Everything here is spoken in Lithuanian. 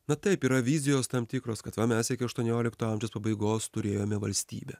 na taip yra vizijos tam tikros kad va mes iki aštuoniolikto amžiaus pabaigos turėjome valstybę